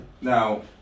now